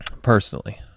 personally